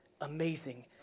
amazing